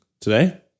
today